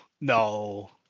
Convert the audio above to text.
No